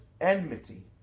enmity